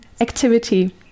activity